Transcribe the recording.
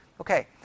Okay